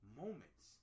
moments